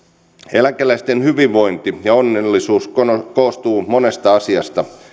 eläkeläisten hyvinvointi ja onnellisuus koostuvat monesta asiasta